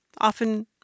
Often